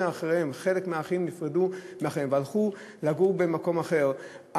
נפרדו מאחיהם והלכו לגור במקום אחר,